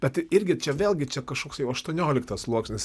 bet irgi čia vėlgi čia kažkoks jau aštuonioliktas sluoksnis